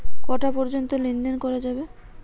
কটা পর্যন্ত লেন দেন করা যাবে?